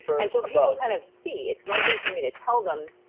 and so people kind of see it's one thing for me to tell them,